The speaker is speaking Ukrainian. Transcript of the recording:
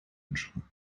іншого